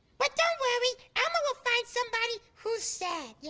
but don't worry, elmo will find somebody who's sad, yeah.